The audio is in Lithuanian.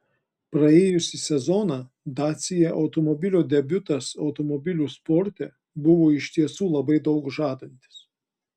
praėjusį sezoną dacia automobilio debiutas automobilių sporte buvo iš tiesų labai daug žadantis